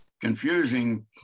confusing